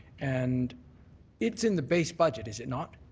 and it's in the base budget, is it not?